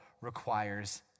requires